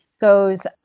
goes